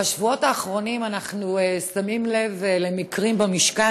בשבועות האחרונים אנחנו שמים לב למקרים במשכן